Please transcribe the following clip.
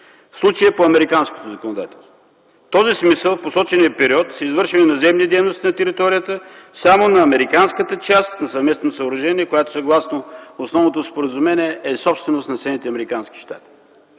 случая – по американското законодателство. В този смисъл, в посочения период, са посочени наземни дейности на територията само на американската част на съвместното съоръжение, която съгласно основното споразумение е собственост на